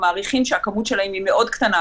מעריכים שהכמות שלהם היא מאוד קטנה,